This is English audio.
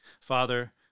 Father